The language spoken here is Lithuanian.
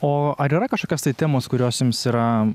o ar yra kažkokios tai temos kurios jums yra